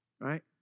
right